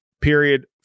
Period